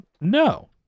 No